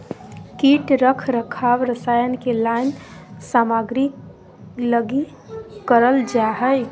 कीट रख रखाव रसायन के लाइन सामग्री लगी करल जा हइ